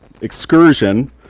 excursion